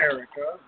Erica